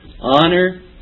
Honor